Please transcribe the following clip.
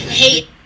hate